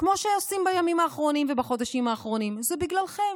כמו שעושים בימים האחרונים ובחודשים האחרונים: זה בגללכם,